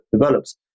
develops